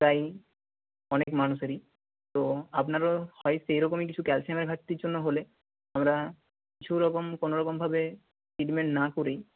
তাই অনেক মানুষেরই তো আপনারও হয় সেই রকমই কিছু ক্যালসিয়ামের ঘাটতির জন্য হলে আমরা কিছু রকম কোনো রকমভাবে ট্রিটমেন্ট না করেই